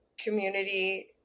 community